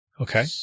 Okay